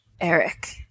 Eric